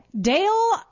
Dale